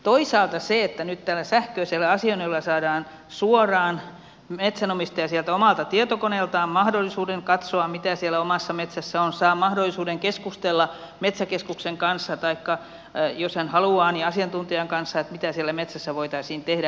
toisaalta nyt tällä sähköisellä asioinnilla metsänomistaja saa suoraan sieltä omalta tietokoneeltaan mahdollisuuden katsoa mitä siellä omassa metsässä on saa mahdollisuuden keskustella metsäkeskuksen kanssa taikka jos hän haluaa asiantuntijan kanssa mitä siellä metsässä voitaisiin tehdä